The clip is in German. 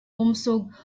umzug